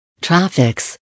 traffics